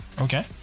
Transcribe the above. Okay